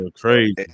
crazy